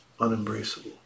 unembraceable